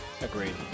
Agreed